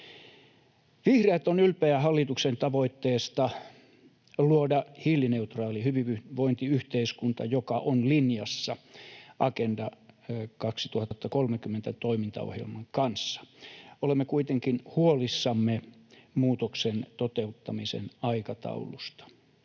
Vihreät ovat ylpeitä hallituksen tavoitteesta luoda hiilineutraali hyvinvointiyhteiskunta, joka on linjassa Agenda 2030 ‑toimintaohjelman kanssa. Olemme kuitenkin huolissamme muutoksen toteuttamisen aikataulusta